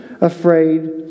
afraid